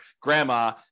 grandma